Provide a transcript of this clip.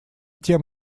тем